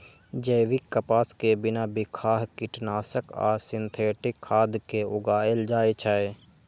जैविक कपास कें बिना बिखाह कीटनाशक आ सिंथेटिक खाद के उगाएल जाए छै